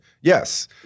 Yes